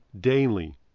daily